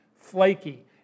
flaky